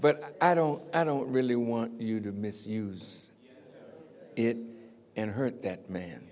but i don't i don't really want you to misuse it and hurt that man